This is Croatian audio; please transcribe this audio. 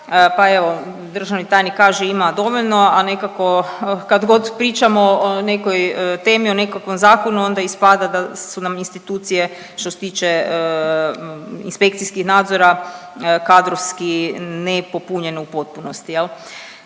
pa evo, državni tajnik kaže ima dovoljno, a nekako, kad god pričamo o nekoj temi, o nekakvom zakonu, onda ispada da su nam institucije, što se tiče inspekcijskih nadzora kadrovski nepopunjene u potpunosti,